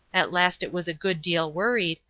at last it was a good deal worried,